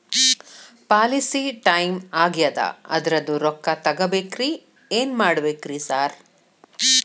Policy time ಆಗ್ಯಾದ ಅದ್ರದು ರೊಕ್ಕ ತಗಬೇಕ್ರಿ ಏನ್ ಮಾಡ್ಬೇಕ್ ರಿ ಸಾರ್?